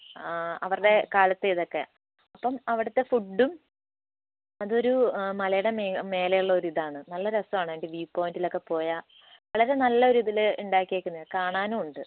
അവരുടെ കാലത്തെ ഇതൊക്കെ അപ്പം അവിടത്തെ ഫുഡ്ഡും അതൊരു മലയുടെ മേലെ ഉള്ളൊരു ഇതാണ് നല്ല രസമാണ് അതിൻ്റെ വ്യൂ പൊയിൻ്റിലോക്കെ പോയാൽ വളരെ നല്ലൊരു ഇതിൽ ഉണ്ടാക്കിയിരിക്കുന്നത് കാണാനും ഉണ്ട്